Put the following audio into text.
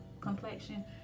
complexion